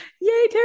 yay